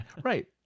right